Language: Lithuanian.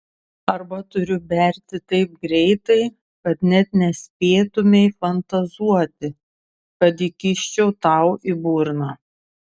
arba turiu berti taip greitai kad net nespėtumei fantazuoti kad įkiščiau tau į burną